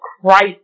Christ